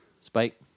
Spike